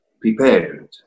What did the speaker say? prepared